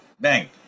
Bang